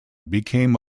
became